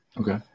Okay